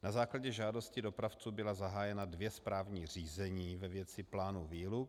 Na základě žádosti dopravců byla zahájena dvě správní řízení ve věci plánu výluk.